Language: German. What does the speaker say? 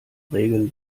regeln